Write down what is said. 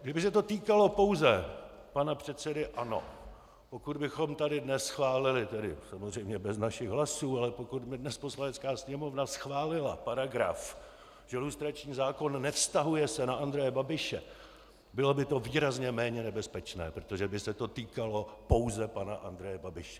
Kdyby se to týkalo pouze pana předsedy ANO, pokud bychom tady dnes schválili tedy samozřejmě bez našich hlasů, ale pokud by dnes Poslanecká sněmovna schválila paragraf, že se lustrační zákon nevztahuje na Andreje Babiše, bylo by to výrazně méně nebezpečné, protože by se to týkalo pouze pana Andreje Babiše.